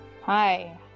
Hi